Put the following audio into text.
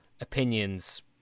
opinions